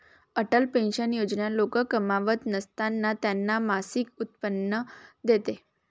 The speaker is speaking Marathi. अटल पेन्शन योजना लोक कमावत नसताना त्यांना मासिक उत्पन्न देते